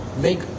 make